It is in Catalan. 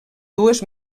dues